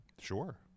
Sure